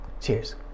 Cheers